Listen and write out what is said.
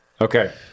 Okay